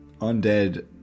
undead